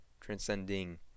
transcending